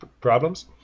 problems